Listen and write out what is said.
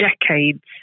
decades